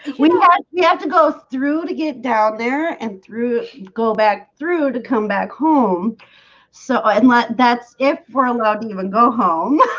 we got you have to go through to get down there and through go back through to come back home so i'm like that's if we're allowed to even go home.